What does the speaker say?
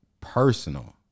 Personal